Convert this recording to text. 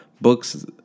books